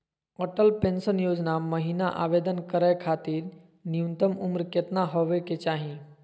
Atal pension Yojana महिना आवेदन करै खातिर न्युनतम उम्र केतना होवे चाही?